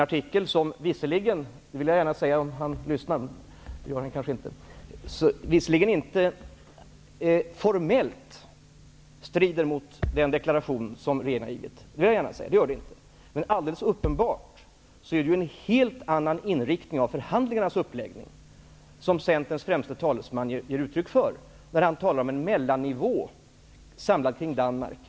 Det som står i artikeln strider inte formellt mot den deklaration som regeringen har avgivit. Men alldeles uppenbart är det en helt annan inriktning av förhandlingarnas uppläggning som Centerns främste talesman ger uttryck för. Han talar om en mellannivå samlad kring Danmark.